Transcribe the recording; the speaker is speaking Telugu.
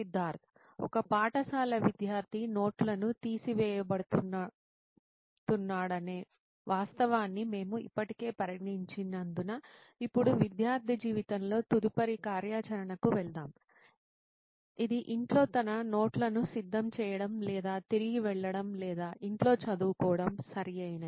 సిద్ధార్థ్ ఒక పాఠశాల విద్యార్థి నోట్లను తీసివేయబోతున్నాడనే వాస్తవాన్ని మేము ఇప్పటికే పరిగణించినందున ఇప్పుడు విద్యార్థి జీవితంలో తదుపరి కార్యాచరణకు వెళ్దాం ఇది ఇంట్లో తన నోట్లను సిద్ధం చేయడం లేదా తిరిగి వెళ్లడం లేదా ఇంట్లో చదువుకోవడం సరియైనది